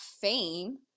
fame